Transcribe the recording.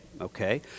okay